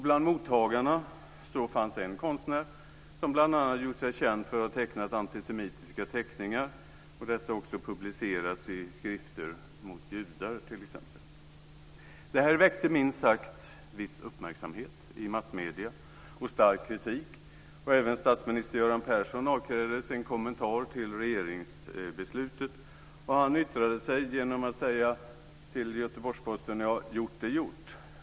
Bland mottagarna fanns en konstnär som bl.a. gjort sig känd för att ha tecknat antisemitiska teckningar, som också publicerats i t.ex. skrifter mot judar. Det här väckte minst sagt viss uppmärksamhet i massmedierna och stark kritik. Även statsminister Göran Persson avkrävdes en kommentar till regeringsbeslutet, och han sade då till Göteborgs-Posten: "Gjort är gjort.